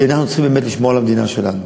כי אנחנו צריכים באמת לשמור על המדינה שלנו.